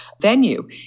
venue